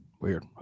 Weird